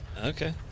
Okay